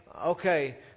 okay